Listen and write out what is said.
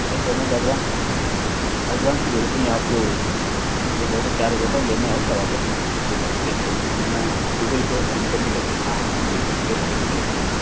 नहीं payment advance advance की ज़रूरत नहीं है आप तो जब ऑर्डर तैयार हो जाता लेने आओ तब आप पेमेंट दे देना कैश पेमेंट हमारे यहाँ गूगल पर या फ़ोन पर नहीं लेते हाँ जी बिल्कुल कैश पेमेंट लेते हैं हम